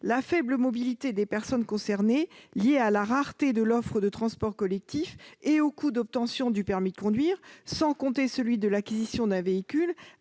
la faible mobilité des personnes concernées liée à la rareté de l'offre de transports collectifs et au coût d'obtention du permis de conduire, sans compter celui de l'acquisition d'un véhicule,